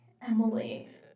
Emily